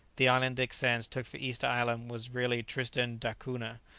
the island dick sands took for easter island was really tristan d'acunha.